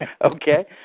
Okay